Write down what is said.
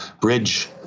bridge